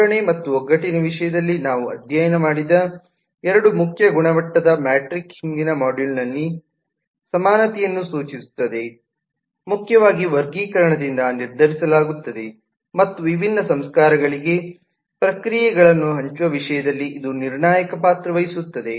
ಜೋಡಣೆ ಮತ್ತು ಒಗ್ಗಟ್ಟಿನ ವಿಷಯದಲ್ಲಿ ನಾವು ಅಧ್ಯಯನ ಮಾಡಿದ ಎರಡು ಮುಖ್ಯ ಗುಣಮಟ್ಟದ ಮ್ಯಾಟ್ರಿಕ್ಸ್ ಹಿಂದಿನ ಮಾಡ್ಯೂಲ್ನಲ್ಲಿ ಸಮಾನತೆಯನ್ನು ಸೂಚಿಸುತ್ತದೆ ಮುಖ್ಯವಾಗಿ ವರ್ಗೀಕರಣದಿಂದ ನಿರ್ಧರಿಸಲಾಗುತ್ತದೆ ಮತ್ತು ವಿಭಿನ್ನ ಸಂಸ್ಕಾರಕಗಳಿಗೆ ಪ್ರಕ್ರಿಯೆಗಳನ್ನು ಹಂಚುವ ವಿಷಯದಲ್ಲಿ ಇದು ನಿರ್ಣಾಯಕ ಪಾತ್ರ ವಹಿಸುತ್ತದೆ